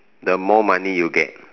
the more money you get